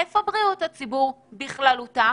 איפה בריאות הציבור בכללותה?